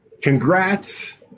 Congrats